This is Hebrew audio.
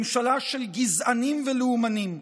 ממשלה של גזענים ולאומנים.